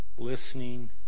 listening